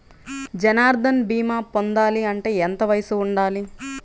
జన్ధన్ భీమా పొందాలి అంటే ఎంత వయసు ఉండాలి?